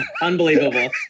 Unbelievable